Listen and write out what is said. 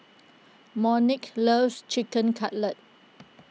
Monique loves Chicken Cutlet